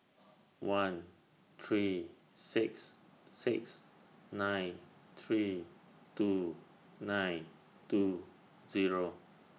one three six six nine three two nine two Zero